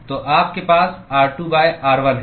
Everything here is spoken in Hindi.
तो आपके पास r2 r1 है